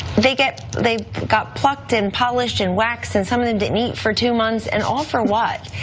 they got they got plucked and polished and waxed and some of them didn't eat for two months and all for what?